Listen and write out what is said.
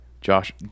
Josh